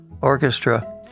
orchestra